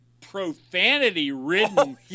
profanity-ridden